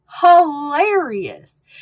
hilarious